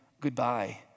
goodbye